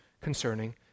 concerning